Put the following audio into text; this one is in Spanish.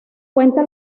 cuenta